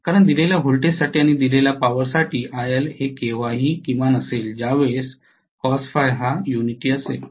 कारण दिलेल्या व्होल्टेजसाठी आणि दिलेल्या पॉवर साठी IL हे केव्हा ही किमान असेल ज्यावेळेस हा युनिटी असेल